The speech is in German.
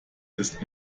ist